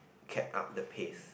kept up the pace